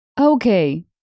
Okay